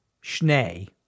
Schnee